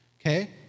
Okay